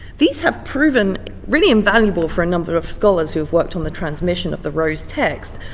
these have proven really invaluable for a number of scholars who have worked on the transmission of the rose text,